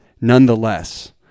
Nonetheless